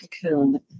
cocoon